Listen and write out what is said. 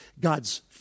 God's